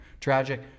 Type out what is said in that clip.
Tragic